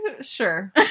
Sure